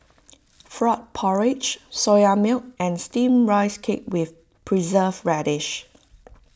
Frog Porridge Soya Milk and Steamed Ice Cake with Preserved Radish